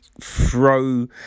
throw